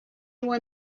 were